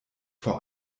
vor